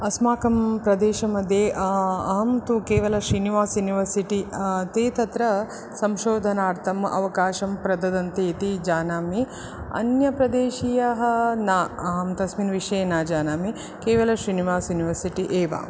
अस्माकं प्रदेशमध्ये अहं तु केवल श्रीनिवास युनिवर्सिटि ते तत्र संशोधनार्थं अवकाशं प्रददति इति जानामि अन्य प्रदेशीयाः न अहं तस्मिन् विषये न जानामि केवल श्रीनिवास युनिवर्सिटि एव